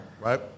Right